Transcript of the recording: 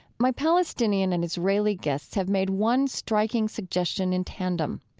my palestinian and israeli guests have made one striking suggestion in tandem,